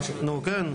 טוב.